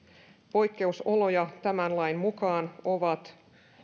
poikkeusoloja tämän lain mukaan ovat